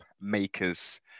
makers